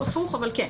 הפוך, אבל כן.